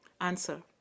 Answer